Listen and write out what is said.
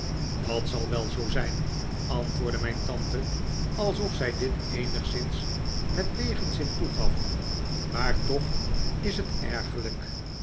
dat zal wel zoo zijn antwoordde mijn tante alsof zij dit eenigszjns met tegenzin toegaf maar toch is het ergerlijk